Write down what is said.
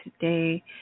today